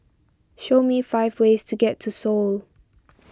show me five ways to get to Seoul